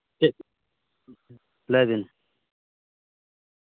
ᱪᱮᱫ ᱞᱟᱹᱭᱵᱮᱱ